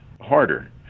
harder